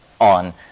on